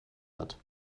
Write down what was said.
hat